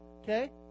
okay